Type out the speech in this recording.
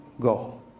Go